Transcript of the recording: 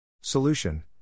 Solution